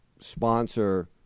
sponsor